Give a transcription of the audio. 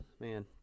man